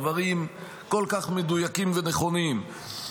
דברים כל כך מדויקים נכונים.